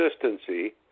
consistency